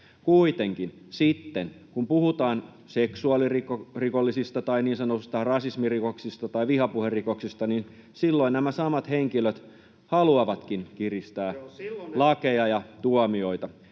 Kuitenkin sitten, kun puhutaan seksuaalirikosrikollisista tai niin sanotuista rasismirikoksista tai vihapuherikoksista, silloin nämä samat henkilöt haluavatkin kiristää lakeja ja tuomioita.